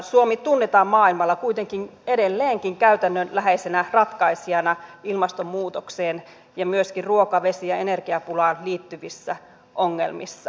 suomi tunnetaan maailmalla kuitenkin edelleenkin käytännönläheisenä ratkaisijana ilmastonmuutokseen ja myöskin ruoka vesi ja energiapulaan liittyvissä ongelmissa